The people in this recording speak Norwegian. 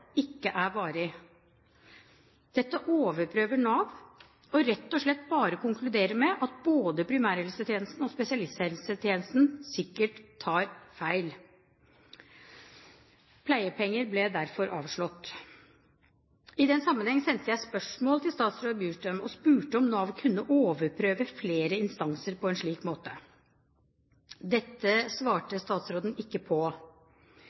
ikke var varig. Dette overprøvde Nav og rett og slett konkluderte med at både primærhelsetjenesten og spesialisthelsetjenesten sikkert tok feil. Pleiepenger ble derfor avslått. I den sammenheng sendte jeg spørsmål til statsråd Bjurstrøm og spurte om Nav kunne overprøve flere instanser på en slik måte. Dette svarte statsråden ikke på.